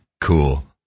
Cool